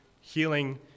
healing